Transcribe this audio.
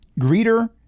Greeter